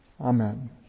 Amen